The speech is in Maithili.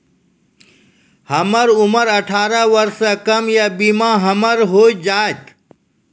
हमर उम्र अठारह वर्ष से कम या बीमा हमर हो जायत?